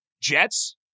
Jets